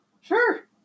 Sure